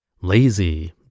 lazy